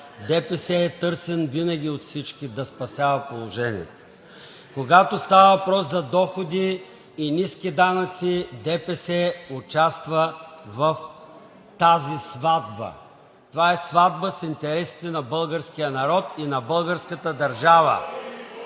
ДПС е търсен винаги от всички да спасява положението. Когато става въпрос за доходи и ниски данъци – ДПС участва в тази сватба. Това е сватба с интересите на българския народ и на българската държава.